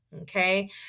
Okay